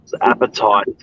appetite